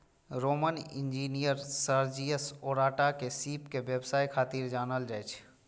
Roman engineer Sergius Orata के सीप के व्यवसाय खातिर जानल जाइ छै